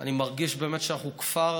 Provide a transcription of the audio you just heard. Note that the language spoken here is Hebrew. אני מרגיש באמת שאנחנו כפר,